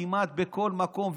כמעט בכל מקום,